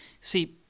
See